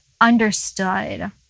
understood